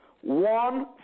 One